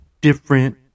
different